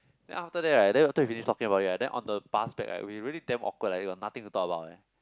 then after that right then after we finish talking about it right then on the bus back right we really damn awkward leh we got nothing to talk about eh